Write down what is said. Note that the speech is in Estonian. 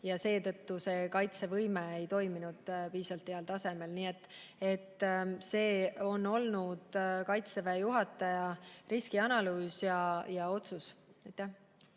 seetõttu kaitsevõime ei toiminud piisavalt heal tasemel. See on olnud Kaitseväe juhataja riskianalüüs ja otsus.